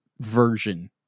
version